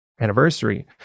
anniversary